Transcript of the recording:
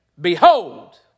behold